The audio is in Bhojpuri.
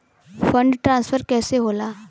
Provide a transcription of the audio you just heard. फण्ड ट्रांसफर कैसे होला?